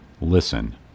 listen